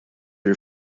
her